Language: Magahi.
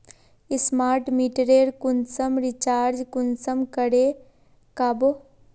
स्मार्ट मीटरेर कुंसम रिचार्ज कुंसम करे का बो?